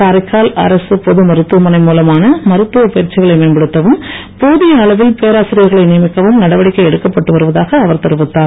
காரைக்கால் அரசு பொது மருத்துவமனை மூலமான மருத்தவப் பயிற்சிகளை மேம்படுத்தவும் போதிய அளவில் பேராசிரியர்களை நியமிக்கவும் நடவடிக்கை எடுக்கப்பட்டு வருவதாக அவர் தெரிவித்தார்